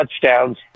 touchdowns